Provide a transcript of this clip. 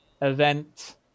event